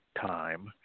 time